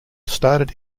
started